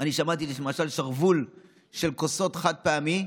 אני שמעתי למשל ששרוול של כוסות חד-פעמיות,